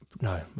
No